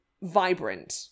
vibrant